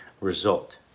result